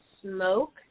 smoke